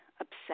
obsessed